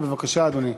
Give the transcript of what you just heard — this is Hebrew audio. בבקשה, אדוני.